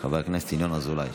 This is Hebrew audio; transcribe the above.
חבר הכנסת ינון אזולאי.